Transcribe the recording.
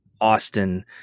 austin